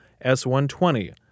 S-120